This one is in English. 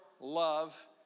love